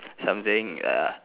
something uh